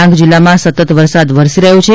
ડાંગ જિલ્લામાં સતત વરસાદ વરસી રહ્યો છે